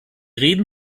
reden